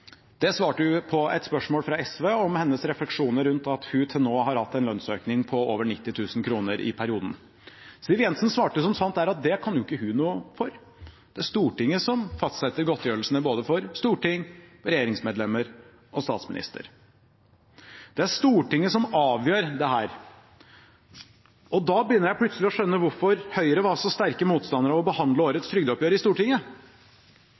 Det svarte hun på et spørsmål fra SV om hennes refleksjoner rundt at hun til nå har hatt en lønnsøkning på over 90 000 kr i perioden. Siv Jensen svarte, som sant er, at det kan jo ikke hun noe for. Det er Stortinget som fastsetter godtgjørelsene for både stortingsrepresentanter, regjeringsmedlemmer og statsminister. Det er Stortinget som avgjør dette. Da begynner jeg plutselig å skjønne hvorfor Høyre var så sterke motstandere av å behandle årets trygdeoppgjør i Stortinget.